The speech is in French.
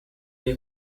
est